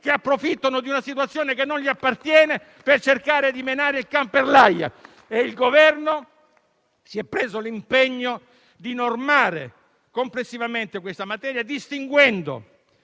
che approfittano di una situazione che non appartiene loro, di inserirsi per cercare di menare il can per l'aia. Il Governo si è preso l'impegno a normare complessivamente questa materia, distinguendo